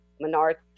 minority